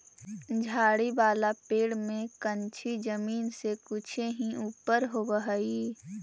झाड़ी वाला पेड़ में कंछी जमीन से कुछे ही ऊपर होवऽ हई